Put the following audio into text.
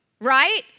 right